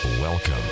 Welcome